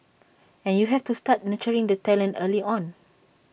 and you have to start nurturing the talent early on